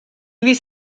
fydd